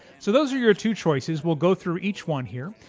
so those are your two choices. we'll go through each one here.